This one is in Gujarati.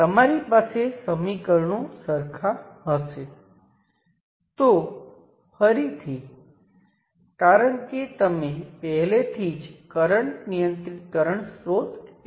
તેથી આ સબસ્ટીટ્યુશન થિયર્મનું બીજું સ્વરૂપ છે જ્યાં તમે કરંટ સ્ત્રોતને બદલે વોલ્ટેજ સ્ત્રોત સાથે ઘટકને બદલો છો